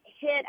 hit